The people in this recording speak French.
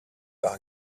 par